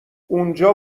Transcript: اونجا